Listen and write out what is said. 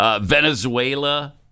Venezuela